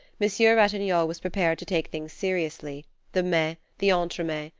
monsieur ratignolle was prepared to take things seriously the mets, the entre-mets,